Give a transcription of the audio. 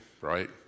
right